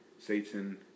Satan